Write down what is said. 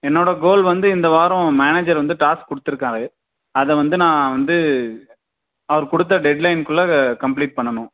என்னோட கோல் வந்து இந்த வாரம் மேனேஜர் வந்து டாஸ்க் கொடுத்துருக்காரு அத வந்து நான் வந்து அவர் கொடுத்த டெட்லைன்குள்ளே கம்ப்ளீட் பண்ணனும்